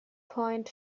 point